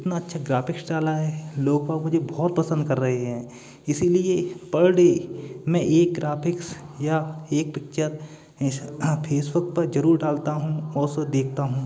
इतना अच्छा ग्राफिक्स डाला है लोग बाग मुझे बहुत पसंद कर रहे हैं इसीलिए पर डे मैं एक ग्राफिक्स या एक पिक्चर फेसबुक पर जरूर डालता हूँ और उसे देखता हूँ